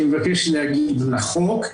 אני מבקש להגיב להצעת החוק.